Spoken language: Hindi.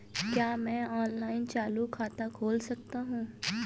क्या मैं ऑनलाइन चालू खाता खोल सकता हूँ?